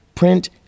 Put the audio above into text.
Print